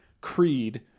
Creed